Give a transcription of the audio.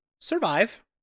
survive